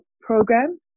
program